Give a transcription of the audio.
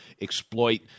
exploit